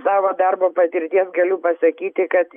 savo darbo patirties galiu pasakyti kad